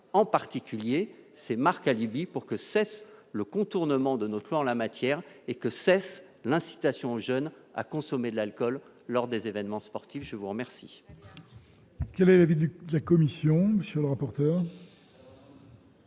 en particulier c'est marques alibi pour que cesse le contournement de notre foi en la matière et que cesse l'incitation aux jeunes à consommer de l'alcool lors des événements sportifs, je vous remercie.